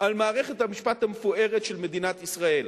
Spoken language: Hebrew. על מערכת המשפט המפוארת של מדינת ישראל.